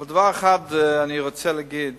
אבל אני רוצה להגיד